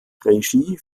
regie